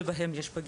שבהם יש פגייה.